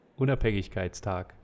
Unabhängigkeitstag